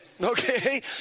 Okay